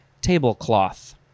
tablecloth